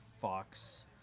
Fox